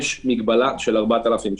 יש מגבלה של 4,000 איש.